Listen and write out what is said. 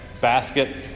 basket